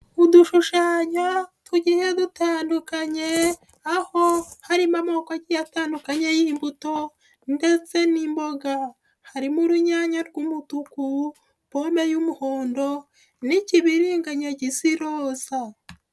Udushushanyo tugiye dutandukanye aho harimo amoko agiye atandukanye y'imbuto ndetse n'imboga harimo urunyanya rw'umutuku pome y'umuhondo n'ikibiriganya gisa iroza.